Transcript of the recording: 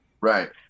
Right